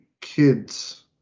kids